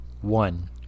one